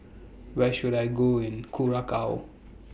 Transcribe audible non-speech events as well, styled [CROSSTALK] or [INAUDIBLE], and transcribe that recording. [NOISE] Where should I Go in Curacao